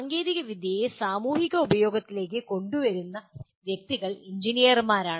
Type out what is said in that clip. സാങ്കേതികവിദ്യയെ സാമൂഹിക ഉപയോഗത്തിലേക്ക് കൊണ്ടുവരുന്ന വ്യക്തികൾ എഞ്ചിനീയർമാരാണ്